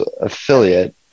affiliate